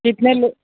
कितने लोग